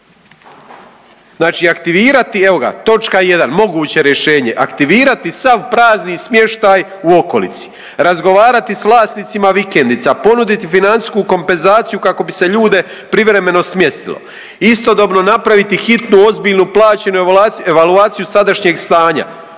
Znači, aktivirati evo ga točka 1. moguće rješenje. Aktivirati sav prazni smještaj u okolici, razgovarati sa vlasnicima vikendica, ponuditi financijsku kompenzaciju kako bi se ljude privremeno smjestilo. Istodobno napraviti hitnu ozbiljnu plaćenu evaluaciju sadašnjeg stanja.